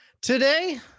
Today